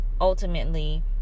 ultimately